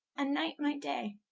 and night my day.